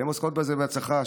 והן עוסקות בזה בהצלחה,